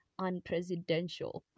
unpresidential